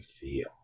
feel